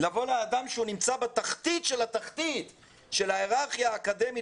לבוא לאדם שנמצא בתחתית של התחתית של ההיררכיה האקדמית